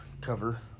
cover